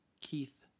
Keith